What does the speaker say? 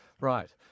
Right